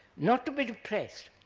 not to be depressed,